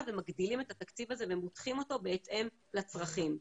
ומגדילים את התקציב הזה ומותחים אותו בהתאם לצרכים.